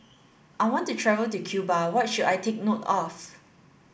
I want to travel to Cuba What should I take note of